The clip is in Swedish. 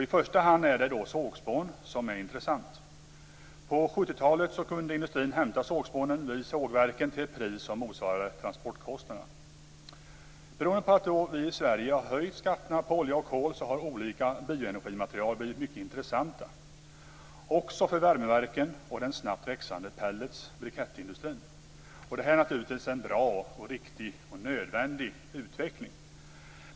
I första hand är det sågspån som är intressant. På 70-talet kunde industrin hämta sågspån vid sågverken till ett pris som motsvarar transportkostnaden. Beroende på att vi i Sverige har höjt skatterna på olja och kol har olika bioenergimaterial blivit mycket intressanta också för värmeverken och den snabbt växande pellets och brickettindustrin. Detta är naturligtvis en bra, riktig och nödvändig utveckling.